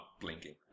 blinking